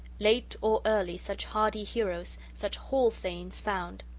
late or early, such hardy heroes, such hall-thanes, found!